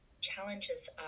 challenges